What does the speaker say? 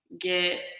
get